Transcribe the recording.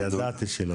ידעתי שלא.